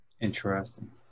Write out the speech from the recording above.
interesting